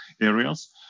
areas